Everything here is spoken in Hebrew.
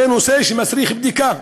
זה נושא שמצריך בדיקה.